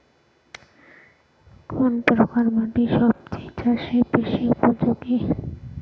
কোন প্রকার মাটি সবজি চাষে বেশি উপযোগী?